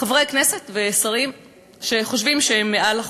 חברי כנסת ושרים שחושבים שהם מעל לחוק.